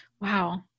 Wow